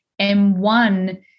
M1